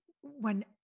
when-